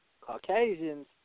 Caucasians